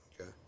Okay